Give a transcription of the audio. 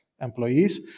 employees